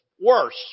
worse